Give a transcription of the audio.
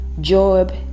job